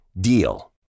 DEAL